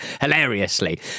hilariously